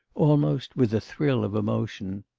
almost with a thrill of emotion.